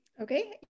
Okay